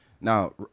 now